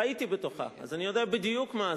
חייתי בתוכה, אז אני יודע בדיוק מה זה.